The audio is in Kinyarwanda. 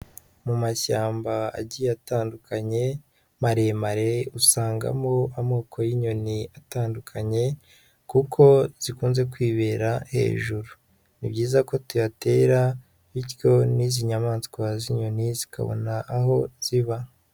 Mu mashyamba agiye atandukanye, maremare usangamo amoko y'inyoni atandukanye kuko zikunze kwibera hejuru. Ni byiza ko tuyatera bityo n'izi nyamaswa z'inyoni zikabona aho ziba.